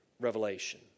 revelation